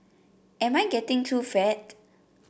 am I getting too fat